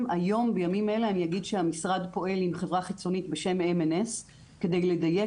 בימים אלה אני אגיד שהמשרד פועל עם חברה חיצונית בשם MNS כדי לדייק